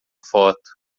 foto